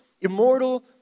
immortal